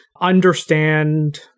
understand